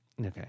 Okay